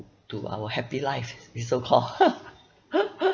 to our happy life we so call